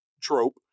trope